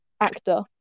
actor